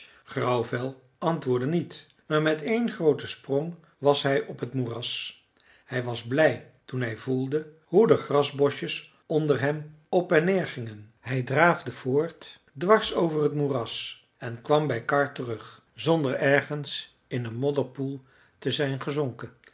grauwvel antwoordde niet maar met één grooten sprong was hij op t moeras hij was blij toen hij voelde hoe de grasboschjes onder hem op en neer gingen hij draafde voort dwars over het moeras en kwam bij karr terug zonder ergens in een modderpoel te zijn gezonken